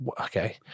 Okay